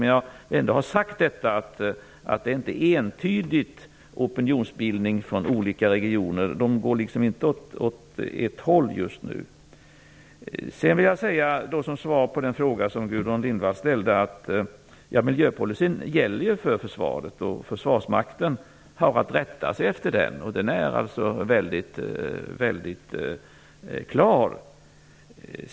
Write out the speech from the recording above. Men jag vill ändå ha sagt att det inte finns en entydig opinionsbildning från olika regioner. De går just nu inte åt enbart ett håll. Som svar på den fråga som Gudrun Lindvall ställde vill jag säga att miljöpolicyn gäller för försvaret. Försvarsmakten har att rätta sig efter den, och den är väldigt klar.